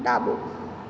ડાબું